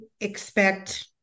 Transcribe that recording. expect